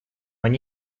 они